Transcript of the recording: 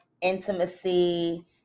intimacy